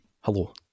hello